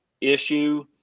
issue